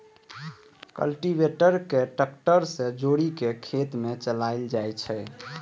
cultivator कें tractor सं जोड़ि कें खेत मे चलाएल जाइ छै